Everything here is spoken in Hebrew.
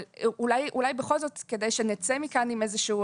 אבל אולי בכל זאת כדי שנצא מכאן עם איזה שהוא